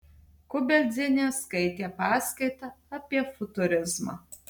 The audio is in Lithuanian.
kubeldzienė skaitė paskaitą apie futurizmą